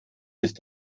ist